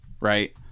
right